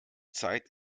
zeit